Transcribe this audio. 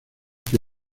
que